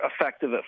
effective